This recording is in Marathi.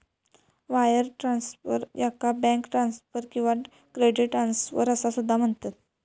वायर ट्रान्सफर, याका बँक ट्रान्सफर किंवा क्रेडिट ट्रान्सफर असा सुद्धा म्हणतत